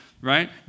right